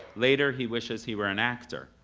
later he wishes he were an actor,